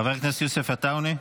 חבר הכנסת יוסף עטאונה?